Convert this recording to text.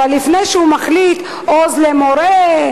אבל לפני שהוא מחליט על "עוז לתמורה",